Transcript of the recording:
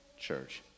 church